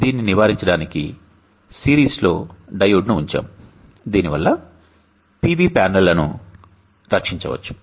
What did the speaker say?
దీనిని నివారించడానికి సిరీస్లో డయోడ్ను ఉంచాము దీనివల్ల PV ప్యానెల్లను రక్షించవచ్చు